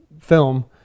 film